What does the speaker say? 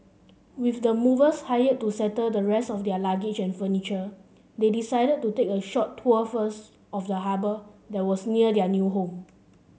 with the movers hired to settle the rest of their luggage and furniture they decided to take a short tour first of the harbour that was near their new home